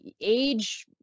age